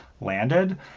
landed